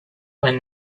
when